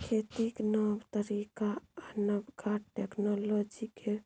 खेतीक नब तरीका आ नबका टेक्नोलॉजीकेँ